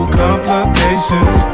complications